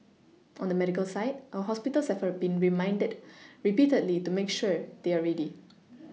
on the medical side our hospitals have been reminded repeatedly to make sure they are ready